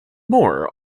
more